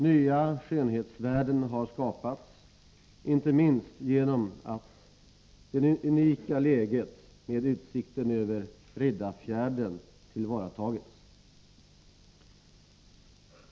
Nya skönhetsvärden har skapats, inte minst genom att det unika läget med utsikten över Riddarfjärden tillvaratagits.